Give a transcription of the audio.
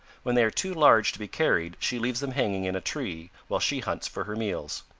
when they are too large to be carried she leaves them hanging in a tree while she hunts for her meals.